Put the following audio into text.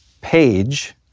page